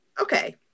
okay